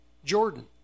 Jordan